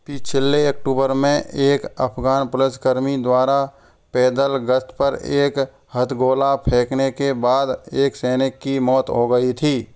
पिछले अक्टूबर में एक अफगान पुलिस कर्मी द्वारा पैदल गश्त पर एक हथगोला फेंकने के बाद एक सैनिक की मौत हो गई थी